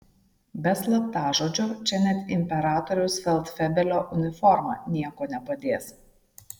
be slaptažodžio čia net imperatoriaus feldfebelio uniforma nieko nepadės